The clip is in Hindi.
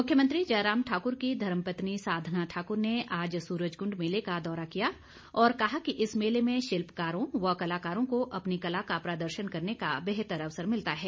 मुख्यमंत्री जयराम ठाकुर की धर्मपत्नी साधना ठाकुर ने आज सूरजकुंड मेले का दौरा किया और कहा कि इस मेले में शिल्पकारों व कलाकारों को अपनी कला का प्रदर्शन करने का बेहतर अवसर मिलता है